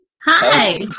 Hi